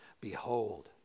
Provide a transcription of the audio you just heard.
Behold